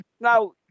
Now